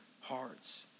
hearts